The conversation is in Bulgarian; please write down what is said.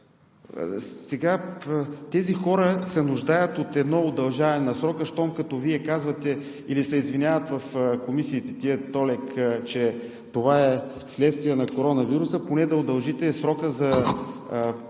тези хора се нуждаят от едно удължаване на срока, щом като Вие казвате или се извиняват в ТОЛЕК, че това е вследствие на коронавируса, поне да удължите срока –